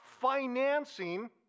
financing